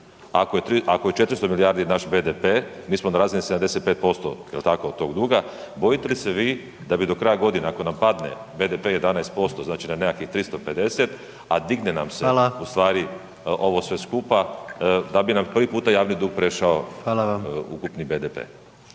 ako je 400 milijardi naš BDP, mi smo na razini 75% jel tako, od tog duga, bojite li se vi da bi do kraja godine ako nam padne BDP 11%, znači na nekakvih 350, a digne nam se …/Upadica: Hvala/…u stvari ovo sve skupa, da bi nam prvi puta javni dug prešao …/Upadica: